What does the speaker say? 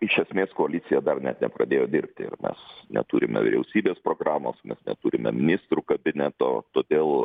iš esmės koalicija dar net nepradėjo dirbti ir mes neturime vyriausybės programos mes neturime ministrų kabineto todėl